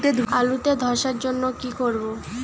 আলুতে ধসার জন্য কি করব?